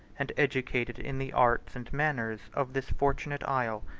and educated in the arts and manners, of this fortunate isle,